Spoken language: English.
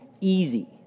easy